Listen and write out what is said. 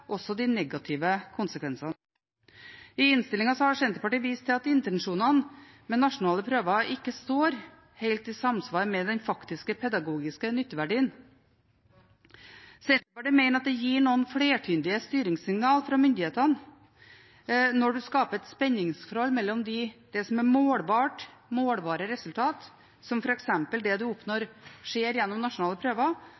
også de negative konsekvensene. I innstillingen har Senterpartiet vist til at intensjonene med nasjonale prøver ikke er helt i samsvar med den faktiske pedagogiske nytteverdien. Senterpartiet mener at det gir noen flertydige styringssignaler fra myndighetene når det skapes et spenningsforhold mellom målbare resultater, som f.eks. det man ser gjennom nasjonale prøver, og de delene av skolens oppdrag som